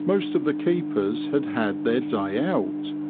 most of the keepers had had their day out,